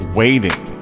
waiting